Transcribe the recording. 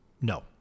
no